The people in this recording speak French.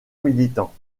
militant